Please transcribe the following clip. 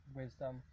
wisdom